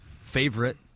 favorite